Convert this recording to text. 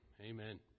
amen